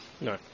No